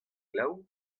glav